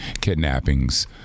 kidnappings